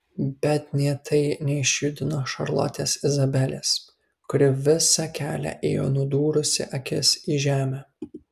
bet nė tai neišjudino šarlotės izabelės kuri visą kelią ėjo nudūrusi akis į žemę